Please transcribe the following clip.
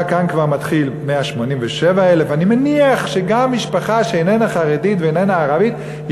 כאן כבר מתחיל 187,000. אני מניח שגם משפחה שאיננה חרדית ואיננה ערבית,